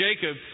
Jacob